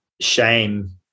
shame